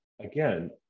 again